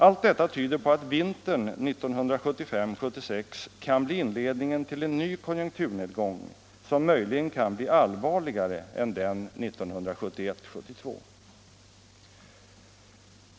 Allt detta tyder på att vintern 1975-1976 kan bli inledningen till en ny konjunkturnedgång, som möjligen kan bli allvarligare än den 1971-1972.